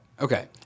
Okay